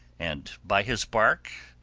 and by his bark,